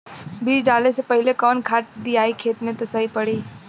बीज डाले से पहिले कवन खाद्य दियायी खेत में त सही पड़ी?